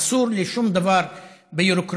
אסור לשום דבר ביורוקרטי,